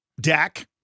Dak